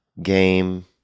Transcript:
game